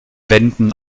wenden